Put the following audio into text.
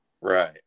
Right